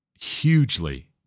hugely